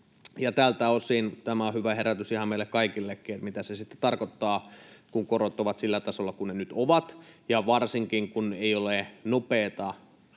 tältä osin tämä on hyvä herätys ihan meille kaikillekin, mitä se sitten tarkoittaa, kun korot ovat sillä tasolla kuin ne nyt ovat, ja varsinkin, kun ei ole nopeata